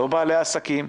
לא בעלי העסקים,